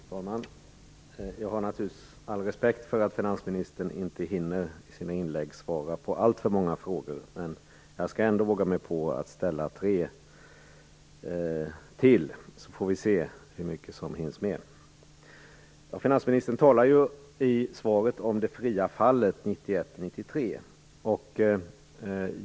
Fru talman! Jag har naturligtvis all respekt för att finansministern i sina inlägg inte hinner svara på så många frågor. Jag vågar mig ändå på att ställa ett par frågor till - vi får väl se hur mycket som hinns med. Finansministern talar i sitt svar om det fria fallet 1991-1993.